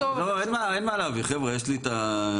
אין מה להביך, יש לי את הנתון.